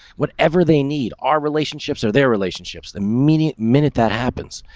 whatever they need, our relationships are their relationships, the meaning minute that happens.